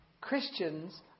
Christians